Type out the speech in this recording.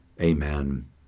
amen